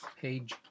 page